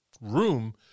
room